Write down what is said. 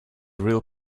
real